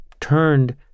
turned